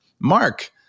Mark